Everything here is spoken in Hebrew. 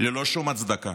ללא שום הצדקה.